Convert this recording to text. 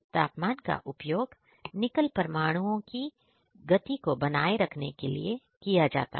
और तापमान का उपयोग निकल परमाणुओं की गति को बनाए रखने के लिए किया जाता है